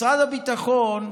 משרד הביטחון,